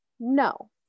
No